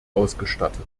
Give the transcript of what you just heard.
ausgestattet